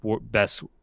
best